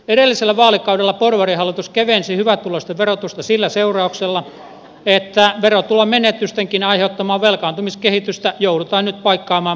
edellisellä vaalikaudella porvarihallitus kevensi hyvätuloisten verotusta sillä seurauksella että verotulomenetystenkin aiheuttamaa velkaantumiskehitystä joudutaan nyt paikkaamaan monin toimenpitein